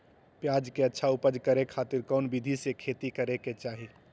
प्याज के अच्छा उपज करे खातिर कौन विधि से खेती करे के चाही?